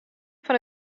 fan